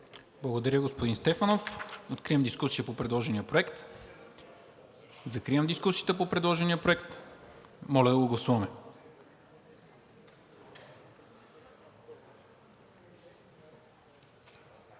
Благодаря, господин Стефанов. Откривам дискусията по представения проект. Закривам дискусията по представения проект. Моля да го гласуваме.